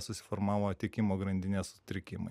susiformavo tiekimo grandinės sutrikimai